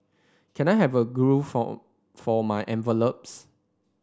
can I have a glue for for my envelopes